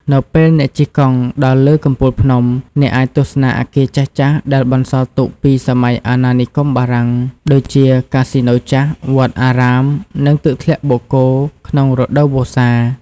នៅពេលអ្នកជិះកង់ដល់លើកំពូលភ្នំ អ្នកអាចទស្សនាអគារចាស់ៗដែលបន្សល់ទុកពីសម័យអាណានិគមបារាំង ដូចជា កាស៊ីណូចាស់ វត្តអារាម និងទឹកធ្លាក់បូកគោ ក្នុងរដូវវស្សា។